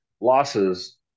losses